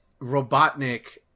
Robotnik